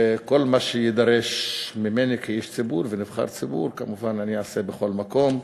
וכל מה שיידרש ממני כאיש ציבור ונבחר ציבור כמובן אני אעשה בכל מקום,